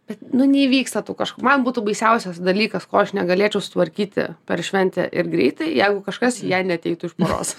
bet nu neįvyksta tų kažko man būtų baisiausias dalykas ko aš negalėčiau sutvarkyti per šventę ir greitai jeigu kažkas į ją neateitų iš poros